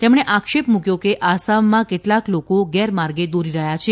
તેમણે આક્ષેપ મૂક્યો કે આસામમાં કેટલાક લોકો ગેરમાર્ગે દોરી રહ્યા છે